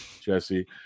Jesse